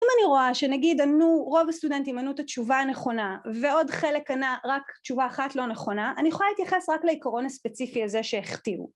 אם אני רואה שנגיד ענו, רוב הסטודנטים ענו את התשובה הנכונה, ועוד חלק ענה רק תשובה אחת לא נכונה, אני יכולה להתייחס רק לעיקרון הספציפי הזה שהכתיבו